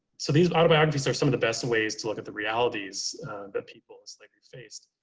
so these autobiographies are some of the best ways to look at the realities that people in slavery faced.